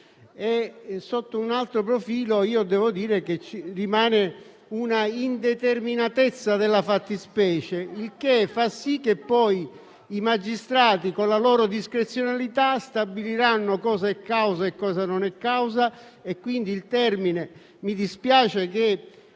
sotto un altro profilo, devo dire che rimane una indeterminatezza della fattispecie, il che fa sì che poi i magistrati, con la loro discrezionalità, stabiliranno cosa è causa e cosa non lo è. Pertanto, mi dispiace che